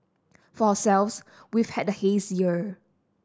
for ourselves we've had the haze year